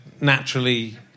naturally